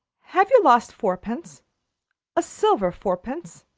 have you lost fourpence a silver fourpence?